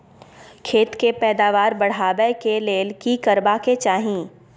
खेत के पैदावार बढाबै के लेल की करबा के चाही?